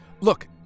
Look